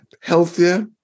healthier